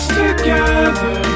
together